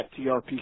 TRP